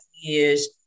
years